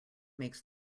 makes